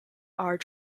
are